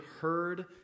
heard